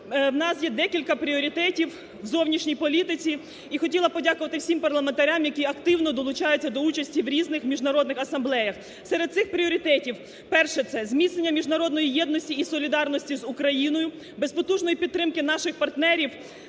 у нас є декілька пріоритетів в зовнішній політиці. І хотіла б подякувати всім парламентарям, які активно долучаються до участі в різних міжнародних асамблеях. Серед цих пріоритетів перше, це зміцнення міжнародної єдності і солідарності з Україною. Без потужної підтримки наших партнерів